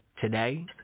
today